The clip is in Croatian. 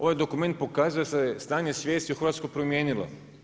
Ovaj dokument pokazuje da se stanje svijesti u Hrvatskoj promijenilo.